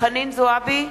חנין זועבי,